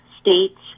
states